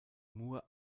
moore